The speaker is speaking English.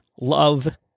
love